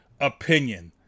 opinion